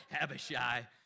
Abishai